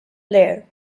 blair